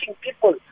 people